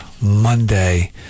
Monday